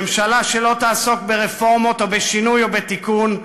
ממשלה שלא תעסוק ברפורמות או בשינוי או בתיקון,